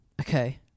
Okay